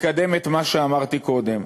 לקדם את מה שאמרתי קודם.